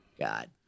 God